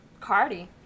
Cardi